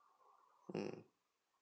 mm